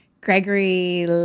Gregory